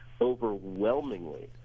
overwhelmingly